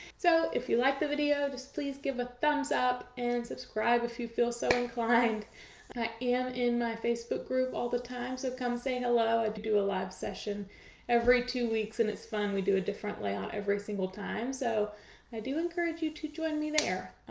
so if you liked the video just please give a thumbs up and subscribe if you feel so inclined! i am in my facebook group all the time, so come say hello, ah i do a live session every two weeks and it's fun, we draw a different layout every single time, so i do encourage you to join me there!